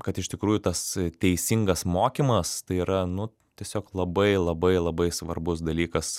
kad iš tikrųjų tas teisingas mokymas tai yra nu tiesiog labai labai labai svarbus dalykas